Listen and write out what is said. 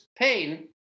pain